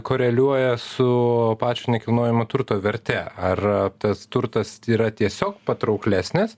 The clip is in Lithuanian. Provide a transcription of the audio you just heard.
koreliuoja su pačio nekilnojamo turto verte ar tas turtas yra tiesiog patrauklesnis